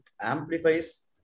amplifies